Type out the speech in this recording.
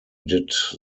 did